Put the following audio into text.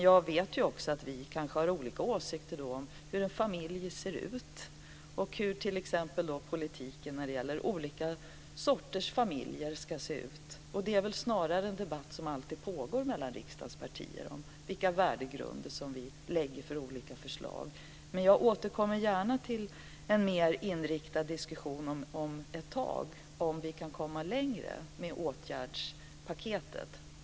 Jag vet att vi kanske har olika åsikter om hur en familj ser ut och hur t.ex. politiken för olika sorters familjer ska se ut. Det är en debatt som alltid pågår mellan riksdagspartier om vilka värdegrunder vi har för olika förslag. Jag återkommer gärna om ett tag till en mer inriktad diskussion om vi kan komma längre med åtgärdspaketet.